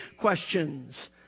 questions